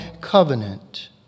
covenant